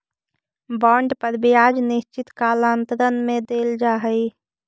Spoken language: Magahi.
बॉन्ड पर ब्याज निश्चित कालांतर में देल जा हई